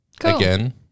again